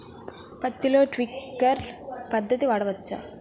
పత్తిలో ట్వింక్లర్ పద్ధతి వాడవచ్చా?